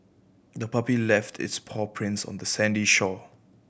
the puppy left its paw prints on the sandy shore